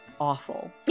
awful